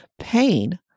pain